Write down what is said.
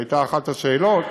זו הייתה אחת השאלות.